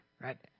Right